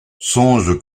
songe